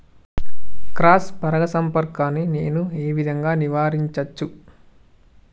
Cross పరాగ సంపర్కాన్ని నేను ఏ విధంగా నివారించచ్చు?